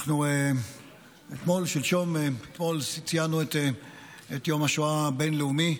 אנחנו אתמול ציינו את יום השואה הבין-לאומי,